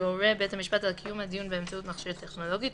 יורה בית המשפט על קיום הדיון באמצעות מכשיר טכנולוגי,